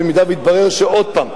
אם יתברר שעוד פעם,